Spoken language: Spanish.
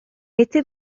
este